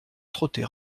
trotter